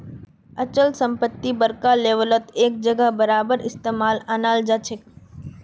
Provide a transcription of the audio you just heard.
अचल संपत्ति बड़का लेवलत एक जगह बारबार इस्तेमालत अनाल जाछेक